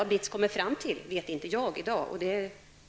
Vad BITS kommer fram till vet jag inte i dag.